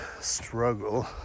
struggle